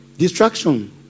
Distraction